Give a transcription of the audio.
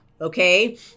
Okay